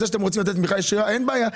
זה שאתם רוצים לתת תמיכה ישירה אין בעיה.